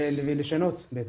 ולשנות.